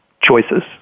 choices